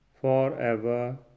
forever